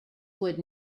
would